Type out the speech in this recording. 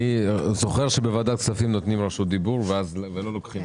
אני זוכר שבוועדת כספים נותנים רשות דיבור ולא לוקחים.